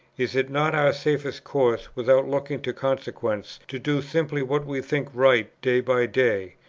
is it not our safest course, without looking to consequences, to do simply what we think right day by day?